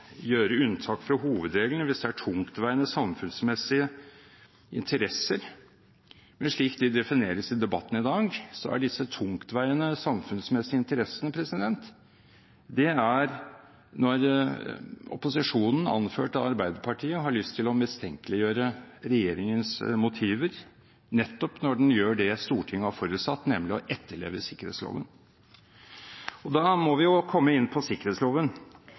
gjøre unntak fra hovedregelen hvis det er tungtveiende samfunnsmessige interesser. Men slik det defineres i debatten i dag, er disse tungtveiende samfunnsmessige interessene når opposisjonen, anført av Arbeiderpartiet, har lyst til å mistenkeliggjøre regjeringens motiver nettopp når den gjør det Stortinget har forutsatt, nemlig å etterleve sikkerhetsloven. Og da må vi jo komme inn på sikkerhetsloven,